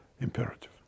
imperative